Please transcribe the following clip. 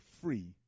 free